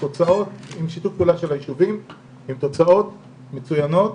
עם שיתוף פעולה של היישובים ועם תוצאת מצוינות.